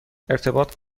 ارتباط